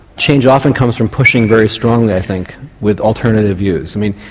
change often comes from pushing very strongly i think with alternative views. i mean,